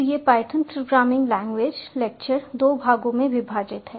तो यह Python programming language lecture 2 भागों में विभाजित है